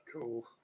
cool